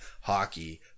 hockey